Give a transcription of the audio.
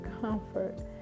comfort